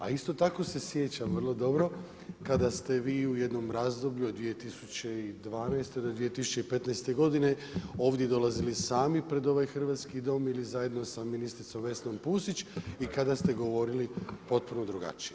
A isto tako se sjećam vrlo dobro kada ste vi u jednom razdoblju od 2012. do 2015. godine ovdje dolazili sami pred ovaj hrvatski Dom ili zajedno sa ministricom Vesnom Pusić i kada ste govorili potpuno drugačije.